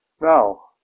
Now